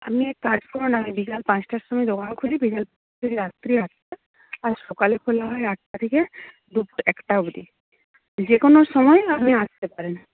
আপনি এক কাজ করুন আমি বিকাল পাঁচটার সময়ে দোকান খুলি বিকেল থেকে রাত্রি আটটা আর সকালে খোলা হয় আটটা থেকে দুপুর একটা অবধি যে কোনো সময়ে আপনি আসতে পারেন